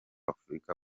afurika